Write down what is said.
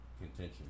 contention